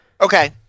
Okay